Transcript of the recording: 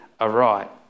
aright